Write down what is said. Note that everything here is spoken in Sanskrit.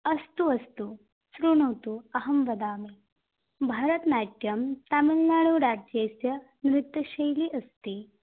अस्तु अस्तु शृणोतु अहं वदामि भरतनाट्यं तमिल्नाडुराज्यस्य नृत्यशैली अस्ति